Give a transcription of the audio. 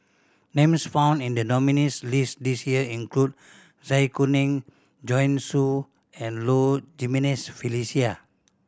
names found in the nominees' list this year include Zai Kuning Joanne Soo and Low Jimenez Felicia